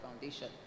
Foundation